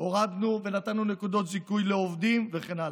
הורדנו ונתנו נקודות זיכוי לעובדים וכן הלאה.